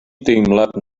deimlad